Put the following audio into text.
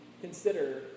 consider